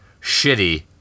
shitty